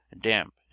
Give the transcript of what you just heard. damp